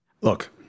Look